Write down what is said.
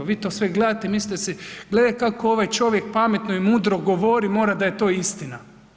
Vi to sve gledate i mislite si gledaj kako ovaj čovjek pametno i mudro govori mora da je to istina.